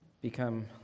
become